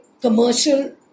commercial